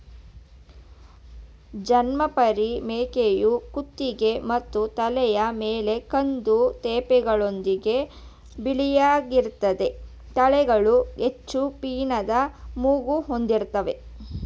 ಜಮ್ನಾಪರಿ ಮೇಕೆಯು ಕುತ್ತಿಗೆ ಮತ್ತು ತಲೆಯ ಮೇಲೆ ಕಂದು ತೇಪೆಗಳೊಂದಿಗೆ ಬಿಳಿಯಾಗಿರ್ತದೆ ತಲೆಗಳು ಹೆಚ್ಚು ಪೀನದ ಮೂಗು ಹೊಂದಿರ್ತವೆ